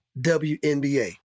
WNBA